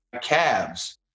calves